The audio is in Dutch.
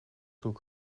toe